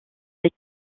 les